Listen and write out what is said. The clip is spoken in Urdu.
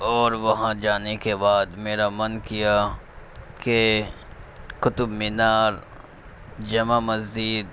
اور وہاں جانے کے بعد میرا من کیا کہ قطب مینار جامع مسجد